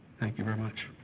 thank you very much.